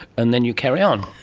and then you carry on.